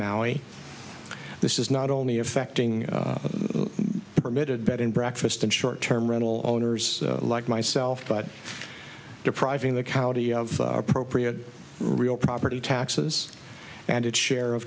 maui this is not only affecting the permitted bed and breakfast in short term rental owners like myself but depriving the county of appropriate real property taxes and its share of